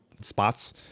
spots